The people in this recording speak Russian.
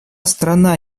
страна